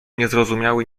niezrozumiały